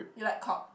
you like cock